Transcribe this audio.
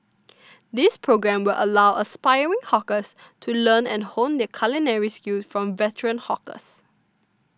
this programme will allow aspiring hawkers to learn and hone their culinary skills from veteran hawkers